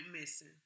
missing